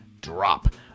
drop